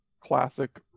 classic